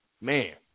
Man